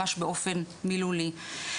ממש באופן מילולי.